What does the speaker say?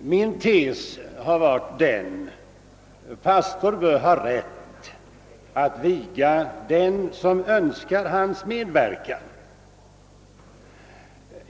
Min tes har varit att pastor bör ha rätt att viga dem som önskar hans medverkan.